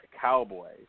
Cowboys